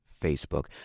Facebook